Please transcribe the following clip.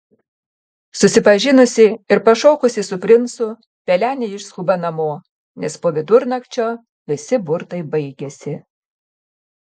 susipažinusi ir pašokusi su princu pelenė išskuba namo nes po vidurnakčio visi burtai baigiasi